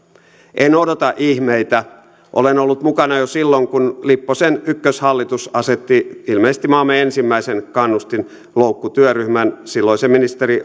en odota ihmeitä olen ollut mukana jo silloin kun lipposen ykköshallitus asetti ilmeisesti maamme ensimmäisen kannustinloukkutyöryhmän silloisen ministerin